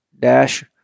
dash